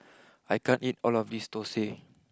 I can't eat all of this Thosai